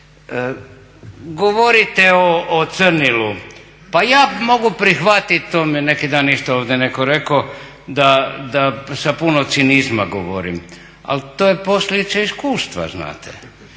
Govorite o crnilu, pa ja mogu prihvatiti to mi je neki dan isto ovdje netko rekao da sa puno cinizma govorim, ali to je posljedica iskustva znate.